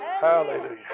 Hallelujah